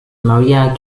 maria